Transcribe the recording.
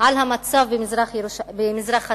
על המצב במזרח התיכון,